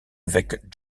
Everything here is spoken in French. avec